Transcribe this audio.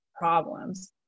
problems